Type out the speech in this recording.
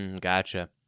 Gotcha